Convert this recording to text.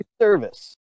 service